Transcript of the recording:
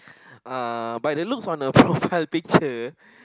uh by then looks on the profile picture